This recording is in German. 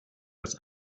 das